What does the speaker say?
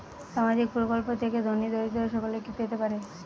সামাজিক প্রকল্প থেকে ধনী দরিদ্র সকলে কি পেতে পারে?